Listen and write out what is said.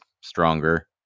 stronger